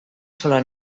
sola